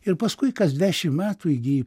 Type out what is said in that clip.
ir paskui kas dešimt metų įgyji